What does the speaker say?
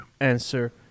answer